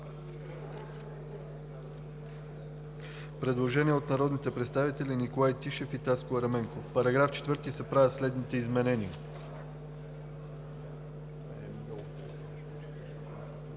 предложение от народните представители Николай Тишев и Таско Ерменков: „В § 4 се правят следните изменения: